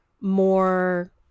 more